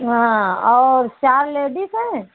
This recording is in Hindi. हाँ और चार लेडीस हैं